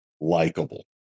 likable